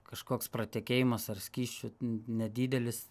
kažkoks pratekėjimas ar skysčių nedidelis